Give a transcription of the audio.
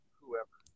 whoever